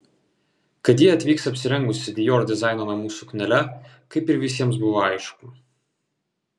kad ji atvyks apsirengusi dior dizaino namų suknele kaip ir visiems buvo aišku